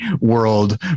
world